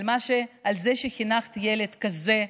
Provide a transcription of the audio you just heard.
על זה שחינכת ילד כזה,